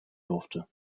durfte